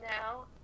now